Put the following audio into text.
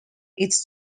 its